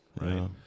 right